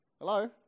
Hello